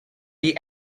die